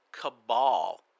cabal